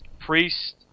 Priest